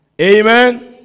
Amen